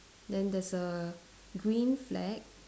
then there's a green flag